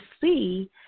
see